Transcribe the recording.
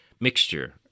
mixture